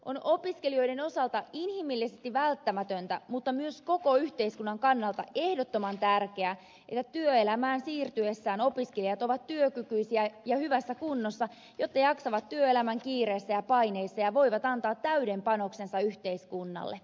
on opiskelijoiden osalta inhimillisesti välttämätöntä mutta myös koko yhteiskunnan kannalta ehdottoman tärkeää että työelämään siirtyessään opiskelijat ovat työkykyisiä ja hyvässä kunnossa jotta jaksavat työelämän kiireissä ja paineissa ja voivat antaa täyden panoksensa yhteiskunnalle